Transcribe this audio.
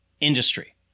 industry